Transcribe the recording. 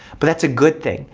but that's a good thing,